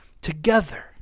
together